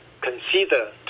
consider